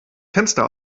fenster